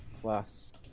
plus